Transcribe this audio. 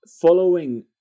following